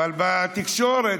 אבל בתקשורת